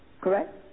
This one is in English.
Correct